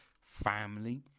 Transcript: family